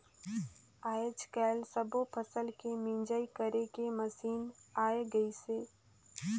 आयज कायल सब्बो फसल के मिंजई करे के मसीन आये गइसे